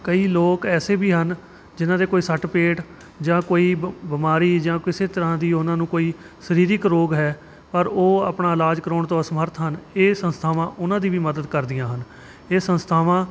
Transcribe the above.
ਕਈ ਲੋਕ ਐਸੇ ਵੀ ਹਨ ਜਿਨ੍ਹਾਂ ਦੇ ਕੋਈ ਸੱਟ ਪੇਟ ਜਾਂ ਕੋਈ ਬ ਬਿਮਾਰੀ ਜਾਂ ਕਿਸੇ ਤਰ੍ਹਾਂ ਦੀ ਉਹਨਾਂ ਨੂੰ ਕੋਈ ਸਰੀਰਕ ਰੋਗ ਹੈ ਪਰ ਉਹ ਆਪਣਾ ਇਲਾਜ ਕਰਵਾਉਣ ਤੋਂ ਅਸਮਰਥ ਹਨ ਇਹ ਸੰਸਥਾਵਾਂ ਉਹਨਾਂ ਦੀ ਵੀ ਮਦਦ ਕਰਦੀਆਂ ਹਨ ਇਹ ਸੰਸਥਾਵਾਂ